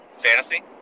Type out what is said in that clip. Fantasy